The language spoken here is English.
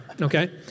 okay